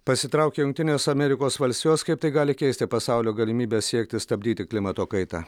pasitraukė jungtinės amerikos valstijos kaip tai gali keisti pasaulio galimybę siekti stabdyti klimato kaitą